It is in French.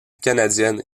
canadienne